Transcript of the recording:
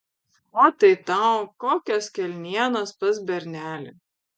o tai tau kokios kelnienos pas bernelį